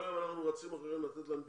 כל היום אנחנו רצים אחריהם לתת להם פתרונות.